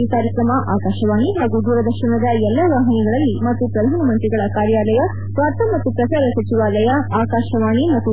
ಈ ಕಾರ್ಯಕ್ರಮ ಆಕಾಶವಾಣಿ ಹಾಗೂ ದೂರದರ್ಶನದ ಎಲ್ಲ ವಾಹಿನಿಗಳಲ್ಲಿ ಮತ್ತು ಪ್ರಧಾನಮಂತ್ರಿಗಳ ಕಾರ್ಯಾಲಯ ವಾರ್ತಾ ಮತ್ತು ಪ್ರಸಾರ ಸಚಿವಾಲಯ ಆಕಾಶವಾಣಿ ಮತ್ತು